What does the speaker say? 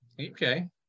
okay